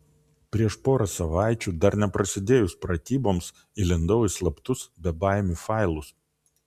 prieš porą savaičių dar neprasidėjus pratyboms įlindau į slaptus bebaimių failus